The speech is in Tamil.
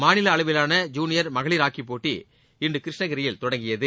மாநில அளவிலான ஜூனியர் மகளிர் ஹாக்கிப்போட்டி இன்று கிருஷ்ணகிரியில் தொடங்கியது